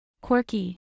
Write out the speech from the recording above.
Quirky